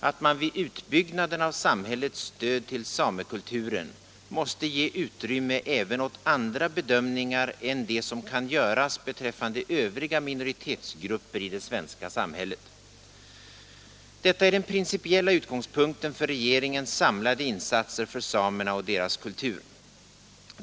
att man vid utbyggnaden av samhällets stöd till samekulturen måste ge utrymme även åt andra bedömningar än dem som kan göras beträffande övriga minoritetsgrupper i det svenska samhället. Detta är den principiella utgångspunkten för regeringens samlade insatser för samerna och deras kultur.